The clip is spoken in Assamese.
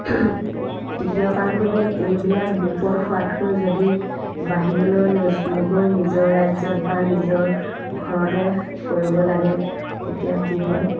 তৃতীয় কাৰণটো হ'ল এইবিলাক বিপদ হোৱাতকৈ যদি বাহিৰলৈ নচ নগৈ নিজৰ ৰাজ্যত বা নিজৰ ঘৰতে কৰিব লাগে তেতিয়া কি হয়